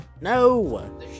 no